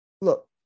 look